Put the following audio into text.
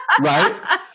Right